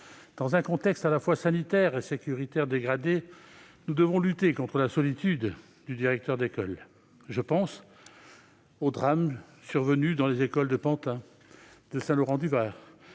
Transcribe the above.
Dans un contexte sanitaire et sécuritaire dégradé, nous devons lutter contre la solitude du directeur d'école. Je pense aux drames survenus dans les écoles de Pantin et de Saint-Laurent-du-Var